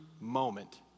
moment